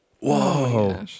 Whoa